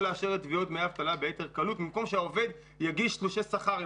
לאשר תביעות לדמי אבטלה ביתר קלות במקום שהעובד יגיש תלושי שכר.